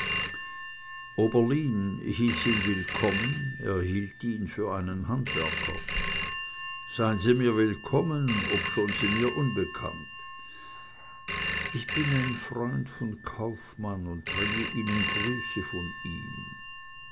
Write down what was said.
oberlin hieß ihn willkommen er hielt ihn für einen handwerker sein sie mir willkommen obschon sie mir unbekannt ich bin ein freund von kaufmann und bringe ihnen grüße von ihm